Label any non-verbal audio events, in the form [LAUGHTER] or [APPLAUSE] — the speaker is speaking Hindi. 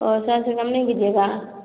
ओ [UNINTELLIGIBLE] से कम नहीं दीजिएगा